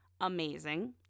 amazing